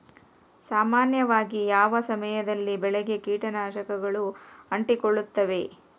ಸಾಮಾನ್ಯವಾಗಿ ಯಾವ ಸಮಯದಲ್ಲಿ ಬೆಳೆಗೆ ಕೇಟನಾಶಕಗಳು ಅಂಟಿಕೊಳ್ಳುತ್ತವೆ?